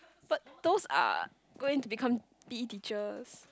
but those are going to become P_E teachers